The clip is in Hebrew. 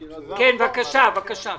שלום,